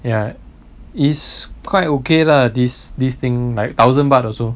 ya is quite okay lah this this thing like thousand baht also